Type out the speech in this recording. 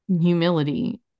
humility